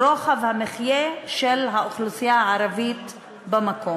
רוחב המחיה של האוכלוסייה הערבית במקום.